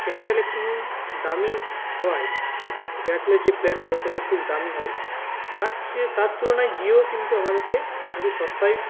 Airtel একটু দামি হওয়ায় অর্থাৎ এয়ারটেলের যে প্যাকগুলো সেইগুলো একটু খুব দামি হয় তার চেয়ে তার তুলনায় জিও কিন্তু আমাদেরকে একটু সস্তায়